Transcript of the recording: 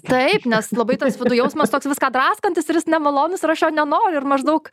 taip nes labai tas jausmas toks viską draskantis ir nemalonus ir aš jo nenoriu ir maždaug